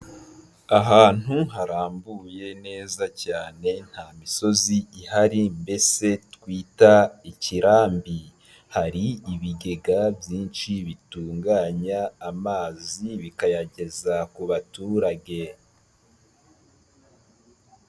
Ahantu harambuye neza cyane nta misozi ihari mbese twita ikirambi, hari ibigega byinshi bitunganya amazi bikayageza ku baturage.